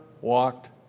walked